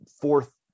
fourth